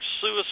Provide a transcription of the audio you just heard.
suicide